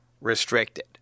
restricted